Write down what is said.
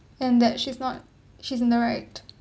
and that she's not she's in the right